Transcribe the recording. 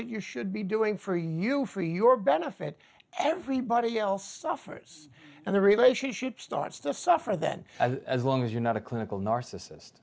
that you should be doing for you for your benefit everybody else suffers and the relationship starts to suffer then as long as you're not a clinical narcissist